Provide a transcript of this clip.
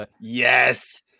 Yes